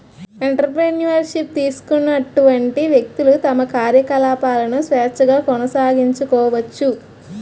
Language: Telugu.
ఎంటర్ప్రెన్యూర్ షిప్ తీసుకున్నటువంటి వ్యక్తులు తమ కార్యకలాపాలను స్వేచ్ఛగా కొనసాగించుకోవచ్చు